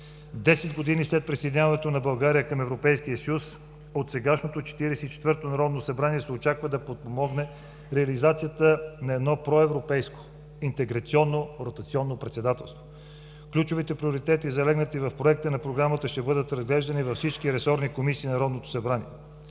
Десет години след присъединяването на България към Европейския съюз от сегашното Четиридесет и четвърто народно събрание се очаква да подпомогне реализацията на едно проевропейско, интеграционно, ротационно председателство. Ключовите приоритети, залегнали в проекта на програмата, ще бъдат разглеждани във всички ресорни комисии на Народното събрание.